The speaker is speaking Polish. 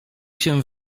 się